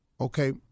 okay